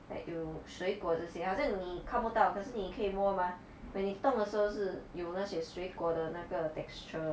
like 有水果这些好像你看不到可是你可以摸 mah when 你动的时候是有那些水果的那个 texture